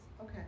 Okay